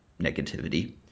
negativity